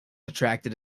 attracted